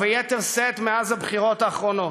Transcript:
וביתר שאת מאז הבחירות האחרונות,